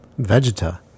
Vegeta